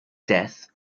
death